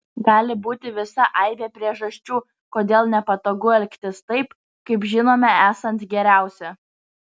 gali būti visa aibė priežasčių kodėl nepatogu elgtis taip kaip žinome esant geriausia